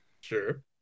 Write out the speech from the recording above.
sure